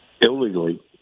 illegally